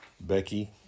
Becky